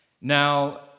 Now